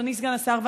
אדוני סגן השר.